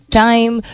time